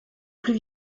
plus